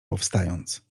powstając